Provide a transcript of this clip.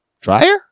Dryer